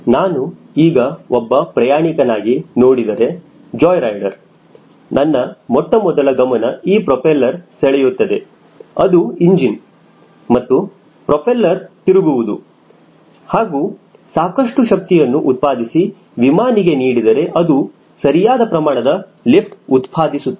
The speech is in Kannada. ನಾನು ಈಗ ಒಬ್ಬ ಪ್ರಯಾಣಿಕ ನಾಗಿ ನೋಡಿದರೆ ಜಾಯ್ ರೈಡರ್ ನನ್ನ ಮೊಟ್ಟಮೊದಲ ಗಮನ ಈ ಪ್ರೊಪೆಲ್ಲರ್ ಸೆಳೆಯುತ್ತದೆ ಅದು ಇಂಜಿನ್ ಮತ್ತು ಪ್ರೋಪೆಲ್ಲರ್ ತಿರುಗುವುದು ಹಾಗೂ ಸಾಕಷ್ಟು ಶಕ್ತಿಯನ್ನು ಉತ್ಪಾದಿಸಿ ವಿಮಾನಗೆ ನೀಡಿದರೆ ಅದು ಸರಿಯಾದ ಪ್ರಮಾಣದಲ್ಲಿ ಲಿಫ್ಟ್ ಉತ್ಪಾದಿಸುತ್ತದೆ